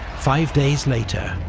five days later,